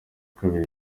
kabiri